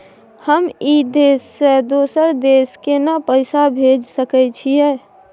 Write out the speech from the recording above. हम ई देश से दोसर देश केना पैसा भेज सके छिए?